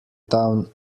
town